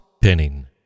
pinning